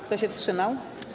Kto się wstrzymał?